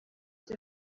icyo